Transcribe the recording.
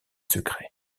secrets